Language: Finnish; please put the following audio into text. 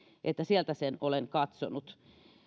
sieltä sen olen katsonut